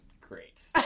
great